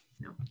no